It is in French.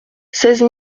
seize